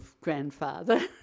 grandfather